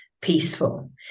peaceful